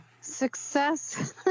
Success